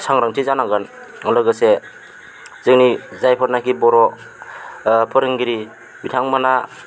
सांग्रांथि जानांगोन लोगोसे जोंनि जायफोरनाखि बर' फोरोंगिरि बिथांमोनहा